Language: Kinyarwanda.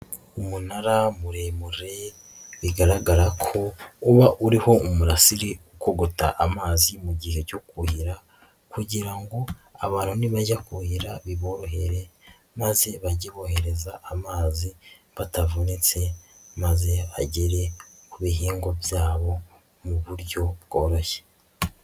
Umunara muremure bigaragara ko uba uriho umurasire ukogota amazi mu gihe cyo kuhira kugira ngo abantu nibajya kuhira biborohere, maze bajye bohereza amazi batavunitse, maze agere ku bihingwa byabo mu buryo bworoshye.